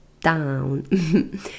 down